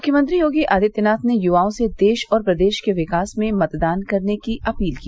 मुख्यमंत्री योगी आदित्यनाथ ने युवाओं से देश और प्रदेश के विकास में मतदान करने की अपील की